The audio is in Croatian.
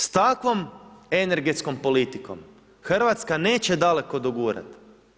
S takvom energetskom politikom Hrvatska neće daleko dogurati.